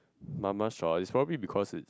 mama shop it's probably because it's